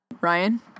Ryan